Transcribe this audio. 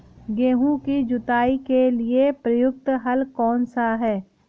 गेहूँ की जुताई के लिए प्रयुक्त हल कौनसा है?